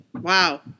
Wow